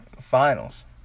Finals